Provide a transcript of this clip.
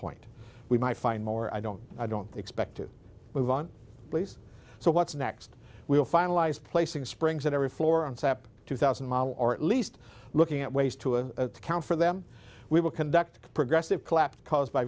point we might find more i don't i don't expect to move on please so what's next we'll finalize placing springs and every floor on sap two thousand model or at least looking at ways to a count for them we will conduct progressive collapse caused by